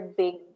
big